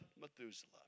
Methuselah